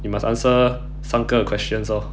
you must answer 三个 questions orh